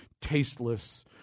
tasteless